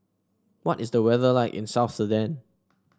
what is the weather like in South Sudan